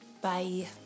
Bye